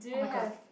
oh my god